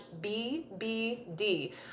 bbd